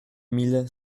mille